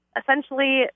essentially